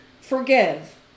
Forgive